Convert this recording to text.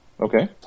Okay